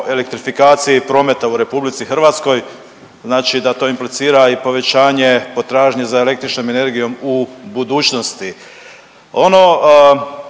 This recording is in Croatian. elektrifikaciji prometa u RH, znači da to implicira i povećanje potražnje za električnom energijom u budućnosti.